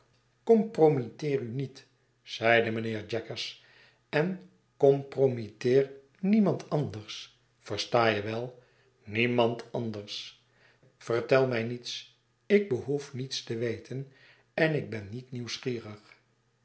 compromitteer u niet zeide mijnheer jaggers en compromitteer niemand anders yersta je wel niemand anders vertel mij niets ik behoef niets te weten en ik ben niet nieuwsgierig